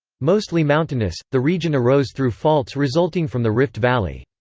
mostly mountainous, the region arose through faults resulting from the rift valley.